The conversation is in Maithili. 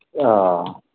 ओ